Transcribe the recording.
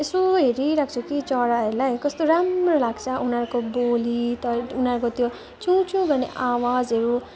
यसो हेरिरहेको छ कि चराहरूलाई कस्तो राम्रो लाग्छ उनीहरूको बोली त उनीहरूको त्यो छुछु भने आवाजहरू